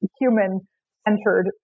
human-centered